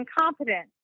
incompetent